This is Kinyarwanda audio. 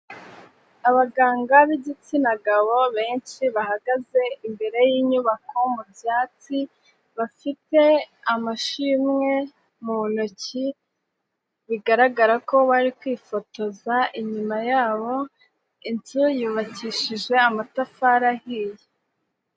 Abaganga b'igitsina gabo benshi, bahagaze imbere y'inyubako mu byatsi, bafite amashimwe mu ntoki, bigaragara ko bari kwifotoza inyuma yabo, inzu yubakishije amatafari ahiye.